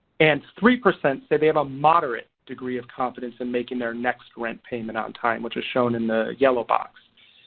and three percent say they have a moderate degree of confidence in making their next rent payment on time which is shown in the yellow box.